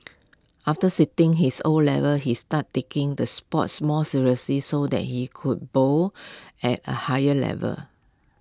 after sitting his O levels he started taking the sports more seriously so that he could bowl at A higher level